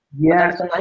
Yes